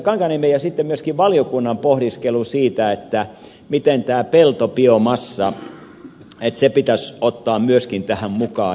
kankaanniemen ja sitten myöskin valiokunnan pohdiskelu siitä että peltobiomassa pitäisi ottaa myöskin tähän mukaan